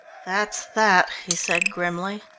that's that, he said grimly.